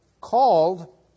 called